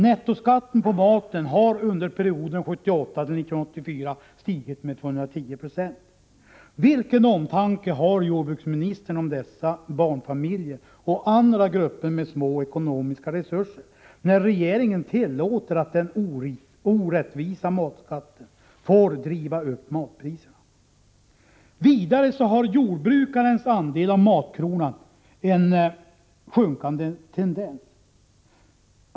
Nettoskatten på maten har under perioden 1978-1984 stigit med 210 26. Vilken omtanke har jordbruksministern om barnfamiljerna och om andra grupper med små ekonomiska resurser, när regeringen tillåter att den orättvisa matskatten får driva upp matpriserna på detta sätt? Vidafe visar jordbrukarens andel av matkronan en sjunkande tendens.